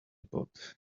pot